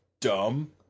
dumb